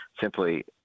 simply